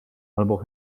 albo